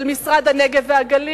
של המשרד לפיתוח הנגב והגליל,